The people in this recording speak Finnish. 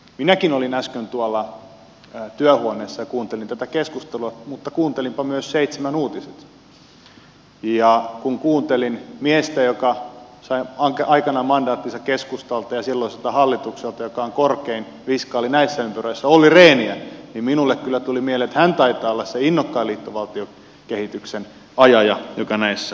minäkin olin äsken tuolla työhuoneessa ja kuuntelin tätä keskustelua mutta kuuntelinpa myös seitsemän uutiset ja kun kuuntelin miestä joka sai aikanaan mandaattinsa keskustalta ja silloiselta hallitukselta joka on korkein viskaali näissä ympyröissä olli rehniä niin minulle kyllä tuli mieleen että hän taitaa olla se innokkain liittovaltiokehityksen ajaja joka näissä on